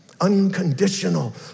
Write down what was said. Unconditional